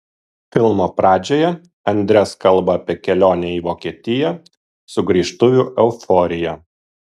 filmo pradžioje andres kalba apie kelionę į vokietiją sugrįžtuvių euforiją